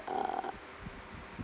uh